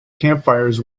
campfires